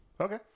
Okay